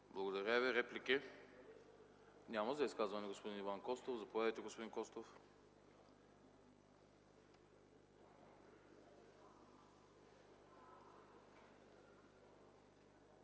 Благодаря Ви. Реплики? Няма. За изказване – господин Иван Костов. Заповядайте, господин Костов.